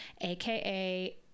aka